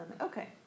Okay